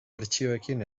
bertsioekin